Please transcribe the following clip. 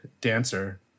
dancer